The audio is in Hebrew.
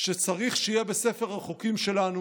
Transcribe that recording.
שצריך שיהיו בספר החוקים שלנו